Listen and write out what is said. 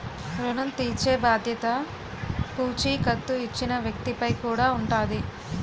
ఋణం తీర్చేబాధ్యత పూచీకత్తు ఇచ్చిన వ్యక్తి పై కూడా ఉంటాది